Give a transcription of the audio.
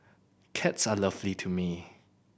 cats are lovely to me